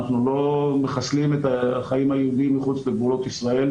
אנחנו לא מחסלים את החיים היהודיים מחוץ לגבולות ישראל.